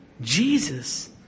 Jesus